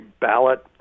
ballot